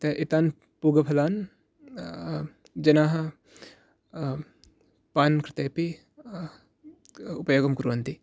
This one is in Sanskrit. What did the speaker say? एतान् पूगफलान् जनाः पान् कृते अपि उपयोगं कुर्वन्ति